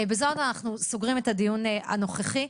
בזאת אנחנו סוגרים את הדיון הנוכחי.